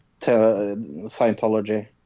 Scientology